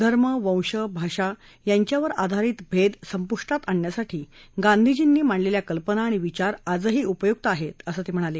धर्म वंश भाषा यांच्यावर आधारित भेद संपुद्धत आणण्यासाठी गांधीजींनी मांडलेल्या कल्पना आणि विचार आजही उपयुक्त आहेत असं ते म्हणाले